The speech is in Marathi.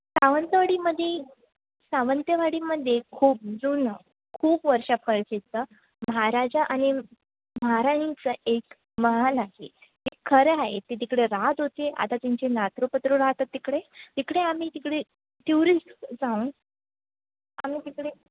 सावंतवाडीमध्ये सावंतवाडीमध्ये खूप जुनं खूप वर्ष महाराजा आणि महाराणीचं एक महाल आहे ते खरं आहे ते तिकडे राहात होते आता त्यांचे राहतात तिकडे तिकडे आम्ही तिकडे ट्युरिस्ट जाऊन आम्ही तिकडे